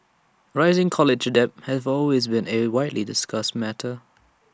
rising college debt has always been A widely discussed matter